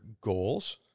goals